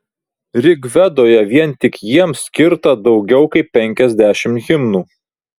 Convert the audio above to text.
rigvedoje vien tik jiems skirta daugiau kaip penkiasdešimt himnų